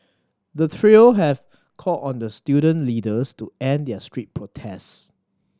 the trio have called on the student leaders to end their street protest